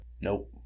nope